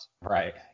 Right